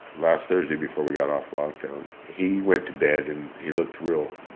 last thursday before we got off lockdown, he went to bed and he looked real,